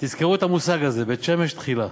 תזכרו את המושג הזה, בית-שמש תחילה.